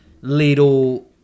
little